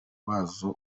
wazo